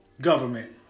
government